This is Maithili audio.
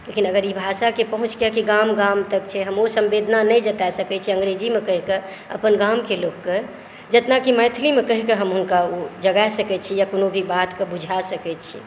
लेकिन अगर ई भाषाके पहुँच कियाकि गाम गाम तक छै हम ओ संवेदना नहि जताए सकै छी अंग्रेजीमे कहि कऽ अपन गामके लोकके जेतना कि मैथिलीमे कहि कऽ हम हुनका जगाए सकै छी या कोनो भी बातकेँ बुझा सकै छी